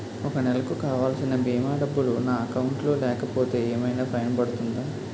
ఒక నెలకు కావాల్సిన భీమా డబ్బులు నా అకౌంట్ లో లేకపోతే ఏమైనా ఫైన్ పడుతుందా?